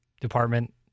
department